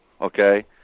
okay